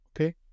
Okay